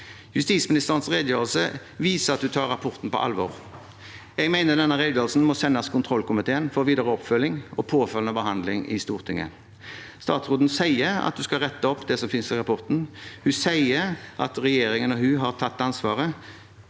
Justisministerens redegjørelse viser at hun tar rapporten på alvor. Jeg mener denne redegjørelsen må sendes kontroll- og konstitusjonskomiteen for videre oppfølging og påfølgende behandling i Stortinget. Statsråden sier at hun skal rette opp det som finnes i rappor ten. Hun sier at regjeringen og hun har tatt ansvaret.